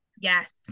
Yes